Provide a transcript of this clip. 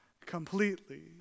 completely